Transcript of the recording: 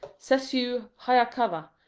sessue hayakawa,